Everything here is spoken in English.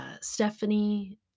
Stephanie